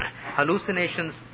hallucinations